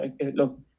Look